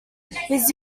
his